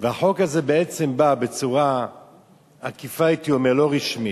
והחוק הזה בא בצורה עקיפה, הייתי אומר, לא רשמית,